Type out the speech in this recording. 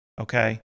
Okay